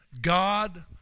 God